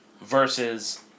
versus